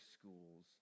schools